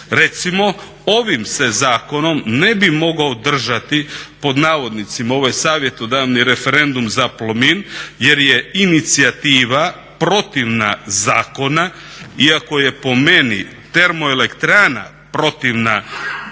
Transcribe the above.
Recimo ovim se zakonom ne bi mogao održati pod navodnicima ovaj savjetodavni referendum za Plomin jer je inicijativa protivna zakonu iako je po meni termoelektrana protivna